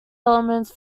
elements